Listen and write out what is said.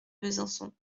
besançon